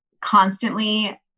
constantly